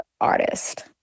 artist